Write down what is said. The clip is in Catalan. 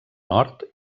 nord